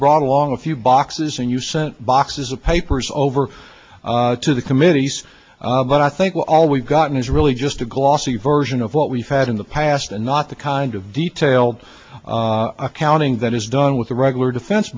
brought along a few boxes and you sent boxes of papers over to the committees but i think all we've gotten is really just a glossy version of what we've had in the past and not the kind of detailed accounting that is done with the regular defense